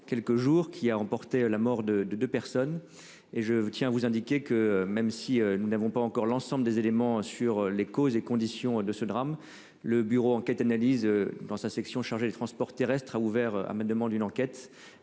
quelques jours qui a emporté la mort de de de personnes et je tiens à vous indiquer que même si nous n'avons pas encore l'ensemble des éléments sur les causes et conditions de ce drame. Le Bureau enquêtes analyses dans sa section chargée des transports terrestres a ouvert à ma demande une enquête